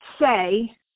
say